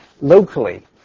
locally